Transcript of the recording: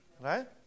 Right